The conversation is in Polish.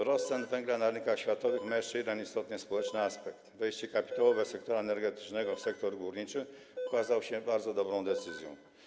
Wzrost cen węgla na rynkach światowych ma jeszcze jeden istotny społeczny aspekt - wejście kapitałowe sektora energetycznego w sektor górniczy okazało się bardzo dobrą decyzją.